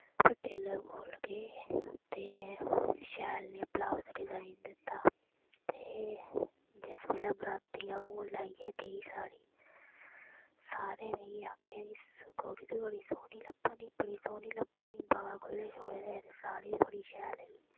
फिर टेलर कोल गे ते शैल जेहा बलाउज़ डिज़ाईन दित्ता ते जिस बेल्लै बराती लाइयै गेई अ'ऊं साड़ी सारे मिगी आक्खन कुड़ी तूं बड़ी सोह्नी लब्भा नी बड़ी सोह्नी लब्भा नी बाल खुल्ले छोड़े दे हे ते साड़ी बी बड़ी शैल ही